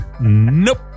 nope